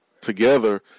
together